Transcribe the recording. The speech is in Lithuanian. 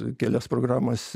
kelias programas